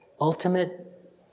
ultimate